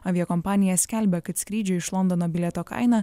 aviakompanija skelbia kad skrydžio iš londono bilieto kaina